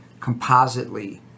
compositely